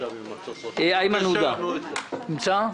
איימן עודה לא נמצא.